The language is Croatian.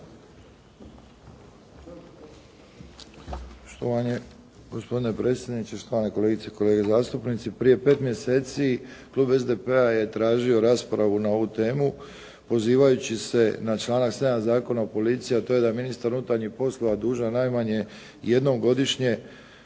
Štovani gospodine predsjedniče, štovane kolegice i kolege zastupnici. Prije pet mjeseci klub SDP-a je tražio raspravu na ovu temu, pozivajući se na članak 7. Zakona o policiji, a to je da je ministar unutarnjih poslova dužan najmanje jednom godišnje